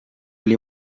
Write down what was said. oli